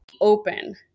Open